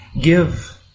give